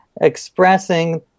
expressing